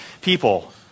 people